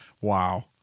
Wow